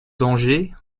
danger